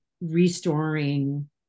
restoring